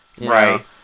Right